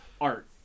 art